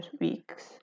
weeks